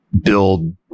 build